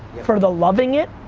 for the loving it,